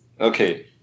Okay